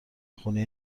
خونه